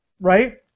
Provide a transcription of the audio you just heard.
right